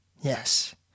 Yes